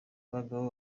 abagabo